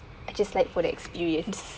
I just like for the experience